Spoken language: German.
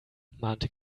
mahnte